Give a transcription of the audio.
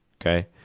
okay